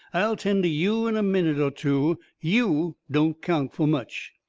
i'll tend to you in a minute or two. you don't count for much.